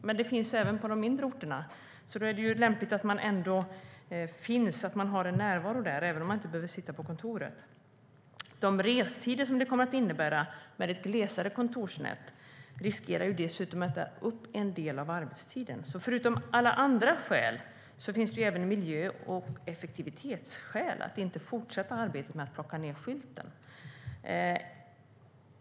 Men de finns även på de mindre orterna, och då är det ju lämpligt att man har en närvaro där även om man inte behöver sitta på kontoret. De restider det kommer att innebära med ett glesare kontorsnät riskerar dessutom att äta upp en del av arbetstiden. Förutom alla andra skäl finns det alltså även miljö och effektivitetsskäl att inte fortsätta arbetet med att ta ned skylten.